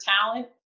talent